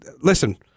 Listen